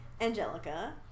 Angelica